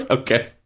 okay,